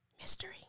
mystery